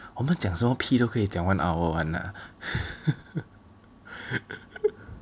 讲什么屁都可以讲 one hour [one] ah